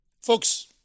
Folks